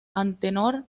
antenor